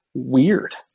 Weird